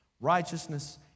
righteousness